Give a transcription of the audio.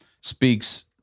speaks